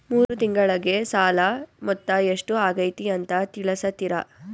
ಮೂರು ತಿಂಗಳಗೆ ಸಾಲ ಮೊತ್ತ ಎಷ್ಟು ಆಗೈತಿ ಅಂತ ತಿಳಸತಿರಿ?